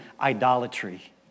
idolatry